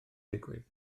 digwydd